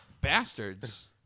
Bastards